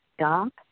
stop